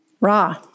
Ra